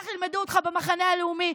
כך ילמדו אותך במחנה הלאומי.